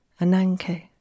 Ananke